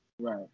Right